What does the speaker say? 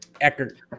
Eckert